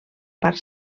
part